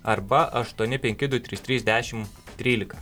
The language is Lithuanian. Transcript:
arba aštuoni penki du trys trys dešim trylika